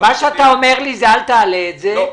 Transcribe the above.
--- בקיצור מה שאתה אומר לי זה אל תעלה את זה -- לא.